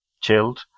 chilled